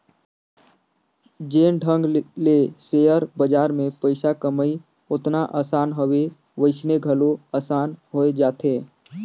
जेन ढंग ले सेयर बजार में पइसा कमई ओतना असान हवे वइसने घलो असान होए जाथे